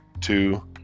Two